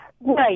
Right